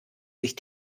sich